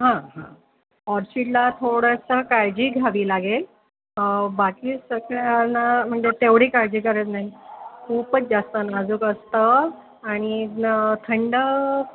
हां हां ऑर्चिडला थोडंसं काळजी घ्यावी लागेल बाकी सगळ्याला म्हणजे तेवढी काळजी गरज नाही खूपच जास्त नाजूक असतं आणि न थंड